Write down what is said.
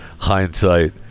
hindsight